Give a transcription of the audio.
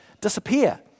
disappear